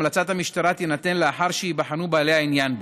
המלצת המשטרה תינתן לאחר שייבחנו בעלי העניין בו.